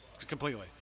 completely